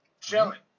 Chilling